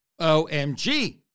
OMG